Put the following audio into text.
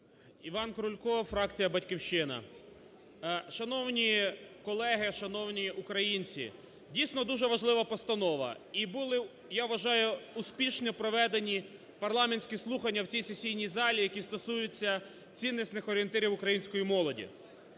Іван Крулько, фракція "Батьківщина". Шановні колеги! Шановні українці! Дійсно дуже важлива постанова і були, я вважаю, успішно проведені парламентські слухання в цій сесійній залі, які стосуються ціннісних орієнтирів української молоді.